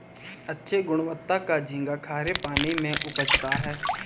अच्छे गुणवत्ता का झींगा खरे पानी में उपजता है